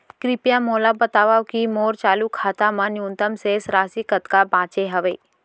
कृपया मोला बतावव की मोर चालू खाता मा न्यूनतम शेष राशि कतका बाचे हवे